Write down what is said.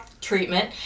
treatment